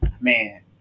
man